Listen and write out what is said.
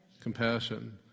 Compassion